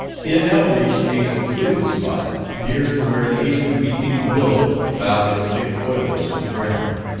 he had now reached a secluded spot, near to where an aged weeping willow bowed its thick foliage to the ground,